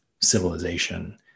civilization